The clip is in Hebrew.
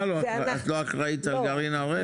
מה, את לא אחראית על גרעין הראל?